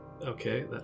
okay